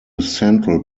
central